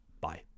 Bye